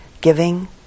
giving